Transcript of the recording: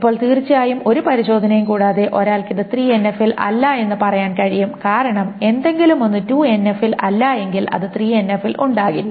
ഇപ്പോൾ തീർച്ചയായും ഒരു പരിശോധനയും കൂടാതെ ഒരാൾക്ക് ഇത് 3NF ൽ അല്ലെന്ന് പറയാൻ കഴിയും കാരണം എന്തെങ്കിലും ഒന്ന് 2NF ൽ അല്ലെങ്കിൽ അത് 3NF ൽ ഉണ്ടാകില്ല